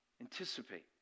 anticipate